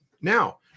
Now